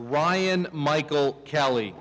ryan michael kelly